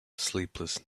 sleepless